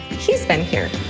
he's been here.